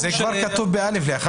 זה כבר כתוב ב-(א).